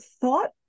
thought